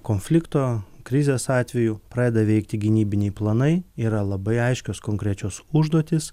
konflikto krizės atveju pradeda veikti gynybiniai planai yra labai aiškios konkrečios užduotys